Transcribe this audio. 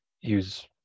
use